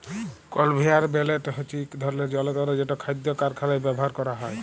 conveyor belt হছে ইক ধরলের জলতর যেট খাদ্য কারখালায় ব্যাভার ক্যরা হয়